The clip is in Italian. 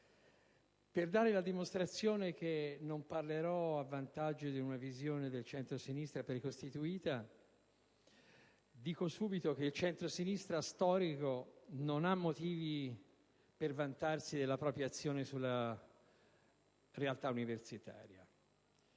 Per dare la dimostrazione del fatto che non parlerò a vantaggio di una visione del centrosinistra precostituita, sottolineo che il centrosinistra storico non ha motivi per vantarsi della propria azione sulla realtà universitaria: